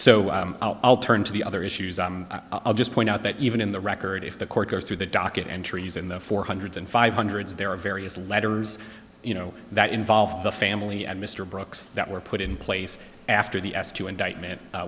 so i'll turn to the other issues i'll just point out that even in the record if the court goes through the docket entries in the four hundred and five hundred there are various letters you know that involve the family and mr brooks that were put in place after the s two indictment